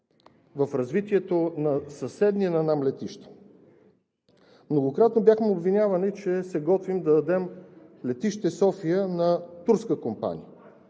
в развитието на съседни нам летища. Многократно бяхме обвинявани, че се готвим да дадем летище София на турска компания.